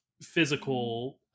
physical